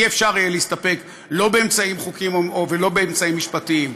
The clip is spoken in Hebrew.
לא יהיה אפשר להסתפק לא באמצעים חוקיים ולא באמצעים משפטיים,